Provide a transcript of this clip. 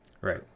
Right